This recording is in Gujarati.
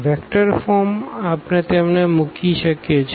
વેક્ટર ફોર્મ આપણે તેમને મૂકી શકીએ છીએ